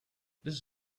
this